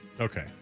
Okay